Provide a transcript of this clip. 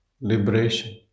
liberation